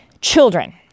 Children